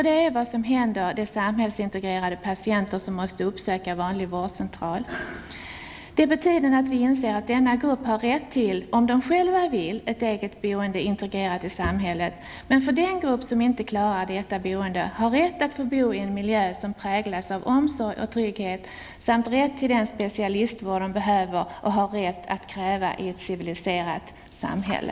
Det är vad som händer de samhällsintegrerade patienter som måste uppsöka vanlig vårdcentral. Det är på tiden att vi inser att denna grupp har rätt till -- om de själva vill -- ett eget boende integrerat i samhället, men den grupp som inte klarar detta boende har rätt att få bo i en miljö som präglas av omsorg och trygghet samt rätt till den specialistvård de behöver och kan kräva i ett civiliserat samhälle.